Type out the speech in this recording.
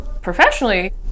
professionally